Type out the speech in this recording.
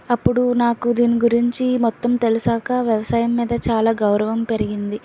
అప్పుడు నాకు దీని గురించి మొత్తం తెలిసాక వ్యవసాయం మీద చాలా గౌరవం పెరిగింది